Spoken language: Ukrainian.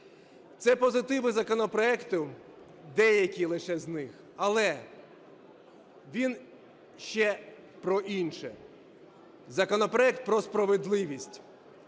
Це позитиви законопроекту, деякі лише з них. Але він ще про інше. Законопроект про справедливість,